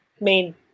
main